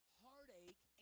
heartache